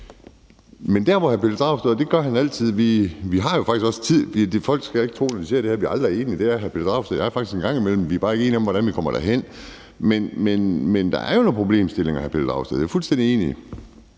gange i den samme sætning, at det ikke giver mening. Vi har jo faktisk også tid. Folk skal ikke tro, at vi aldrig er enige, når de ser det her, for det er hr. Pelle Dragsted og jeg faktisk en gang imellem. Vi er bare ikke enige om, hvordan vi kommer derhen. Men der er jo nogle problemstillinger, hr. Pelle Dragsted. Jeg er fuldstændig enig.